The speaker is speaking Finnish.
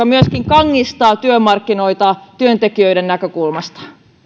myöskin kangistavat työmarkkinoita työntekijöiden näkökulmasta